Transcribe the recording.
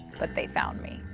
but they found me.